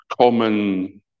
common